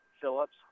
Phillips